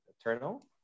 eternal